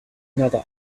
another